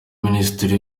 minisitiri